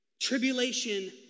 Tribulation